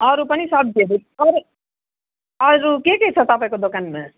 अरू पनि सब्जीहरू छ अरू के के छ तपाईँको दोकानमा